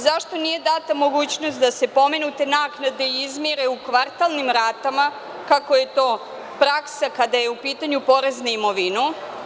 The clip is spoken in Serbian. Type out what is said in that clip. Zašto nije data mogućnost da se pomenute naknade izmire u kvartalnim ratama, kako je to praksa kada je u pitanju porez na imovinu?